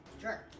Sure